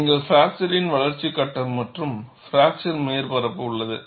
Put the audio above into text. எனவே நீங்கள் பிராக்சரின் வளர்ச்சிக் கட்டம் மற்றும் பிராக்சர் மேற்பரப்பு உள்ளது